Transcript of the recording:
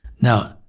Now